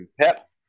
Pep